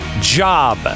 job